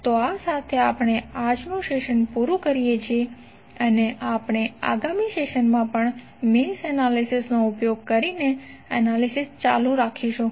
તો આ સાથે આપણે આપણું આજનું સેશન પુરુ કરીએ છીએ અને આપણે આગામી સેશનમાં પણ મેશ એનાલિસિસ નો ઉપયોગ કરીને એનાલિસિસ ચાલુ રાખીશું